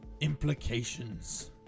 implications